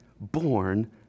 born